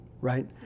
right